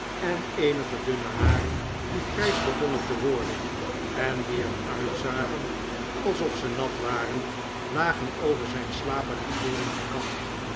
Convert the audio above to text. en eenige dunne haren die grijs begonnen te worden en die er uitzagen alsof ze nat waren lagen over zijn slapen naar voren gekamd